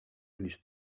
list